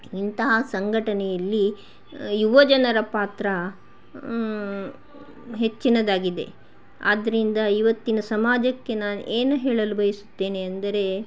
ಇಂತಹ ಸಂಘಟನೆಯಲ್ಲಿ ಯುವ ಜನರ ಪಾತ್ರ ಹೆಚ್ಚಿನದಾಗಿದೆ ಆದ್ರಿಂದ ಇವತ್ತಿನ ಸಮಾಜಕ್ಕೆ ನಾನು ಏನು ಹೇಳಲು ಬಯಸುತ್ತೇನೆ ಅಂದರೆ